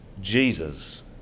jesus